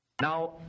Now